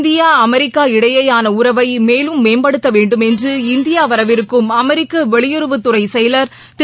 India America இடையேயானஉறவைமேலும் மேம்படுத்தவேண்டுமென்று இந்தியாவரவிருக்கும் அமெரிக்கவெளியுறவுத்துறைசெயலர் திரு